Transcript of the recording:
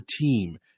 team